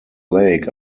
lake